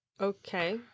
Okay